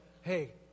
hey